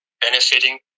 benefiting